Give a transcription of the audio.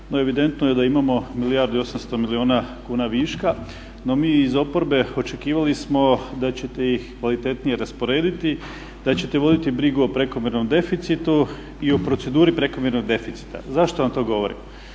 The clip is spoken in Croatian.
evidentno je da imamo milijardu i 800 milijuna kuna viška. No, mi iz oporbe očekivali smo da ćete ih kvalitetnije rasporediti, da ćete voditi brigu o prekomjernom deficitu i o proceduri prekomjernog deficita. Zašto vam to govorim?